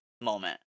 moment